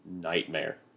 nightmare